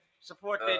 Support